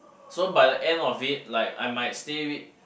so by the end of it like I might stay with